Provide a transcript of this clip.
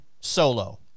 solo